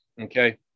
Okay